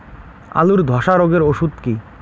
আলুর ধসা রোগের ওষুধ কি?